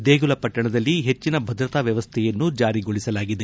ದೇಗುಲ ಪಟ್ಟಣದಲ್ಲಿ ಹೆಚ್ಚಿನ ಭದ್ರತಾ ವ್ಯವಸ್ಥೆಯನ್ನು ಜಾರಿಗೊಳಿಸಲಾಗಿದೆ